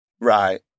right